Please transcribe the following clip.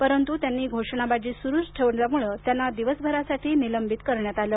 परंतु त्यांनी घोषणाबाजी सुरूच ठेवल्यामुळे त्यांना दिवसभरासाठी निंलबित करण्यात आलं